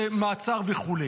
מעצר וכו'.